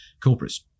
corporates